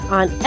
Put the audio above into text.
on